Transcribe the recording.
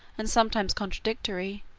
and sometimes contradictory,